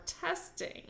testing